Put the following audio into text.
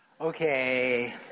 Okay